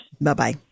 Bye-bye